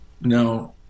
No